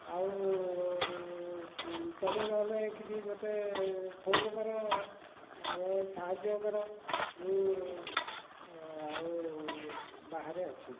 ଆଉ ତୁମେ ନହେଲେ କିଛି ମୋତେ ଫୋନ୍ କର ଆଉ ସାହାଯ୍ୟ କର ମୁଁ ଆଉ ବାହାରେ ଅଛି